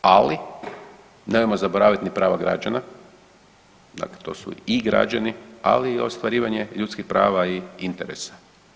Ali nemojmo zaboraviti ni prava građana, dakle to su i građani, ali i ostvarivanje ljudskih prava i interesa.